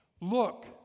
look